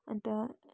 अन्त